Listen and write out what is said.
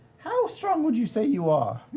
how strong would you say you are?